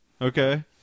okay